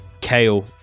Kale